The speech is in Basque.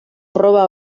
proba